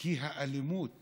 כי האלימות